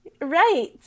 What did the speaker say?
Right